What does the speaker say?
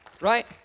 Right